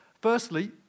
Firstly